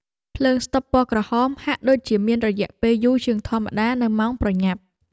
ភ្លើងស្តុបពណ៌ក្រហមហាក់ដូចជាមានរយៈពេលយូរជាងធម្មតានៅម៉ោងប្រញាប់។